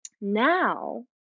Now